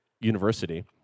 University